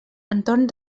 entorn